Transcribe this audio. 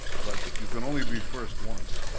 but you can only be first once.